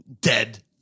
Dead